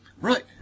Right